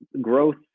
growth